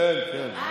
כן, כן.